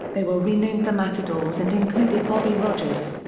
they were renamed the matadors and included bobby rogers.